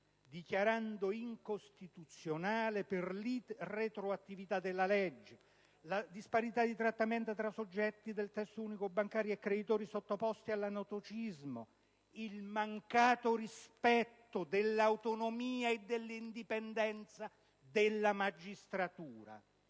del principio dell'irretroattività della legge, per la disparità di trattamento fra soggetti del testo unico bancario e creditori sottoposti all'anatocismo e per il mancato rispetto dell'autonomia dell'indipendenza della magistratura.